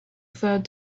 third